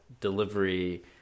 delivery